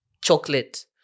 chocolate